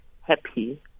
happy